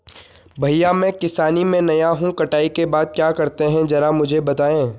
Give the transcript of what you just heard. भैया मैं किसानी में नया हूं कटाई के बाद क्या करते हैं जरा मुझे बताएं?